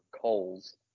coals